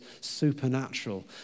supernatural